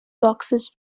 boxes